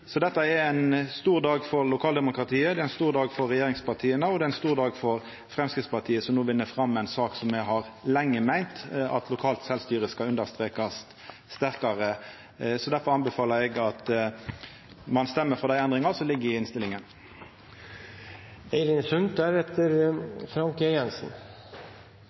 Dette er ein stor dag for lokaldemokratiet, det er ein stor dag for regjeringspartia, og det er ein stor dag for Framstegspartiet, som no vinn fram med ei sak om noko me har meint lenge, at lokalt sjølvstyre skal understrekast sterkare. Difor anbefaler eg at ein stemmer for endringane som ligg i innstillinga.